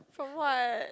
from what